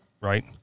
right